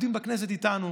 עובדים בכנסת איתנו,